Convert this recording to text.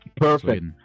Perfect